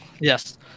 Yes